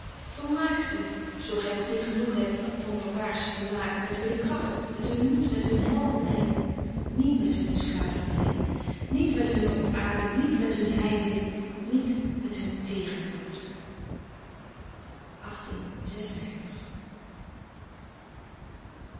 vermaakt u zoo gij nog niet genoeg hebt van barbaarsche vermaken met hunne krachten met hun moed met hun heldeneinde niet met hunne slavernij niet met hunne ontaarding niet met hun heimwee niet met hun teringdood